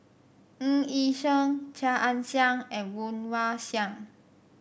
Ng Yi Sheng Chia Ann Siang and Woon Wah Siang